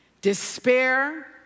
despair